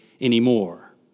anymore